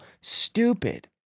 stupid